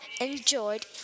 enjoyed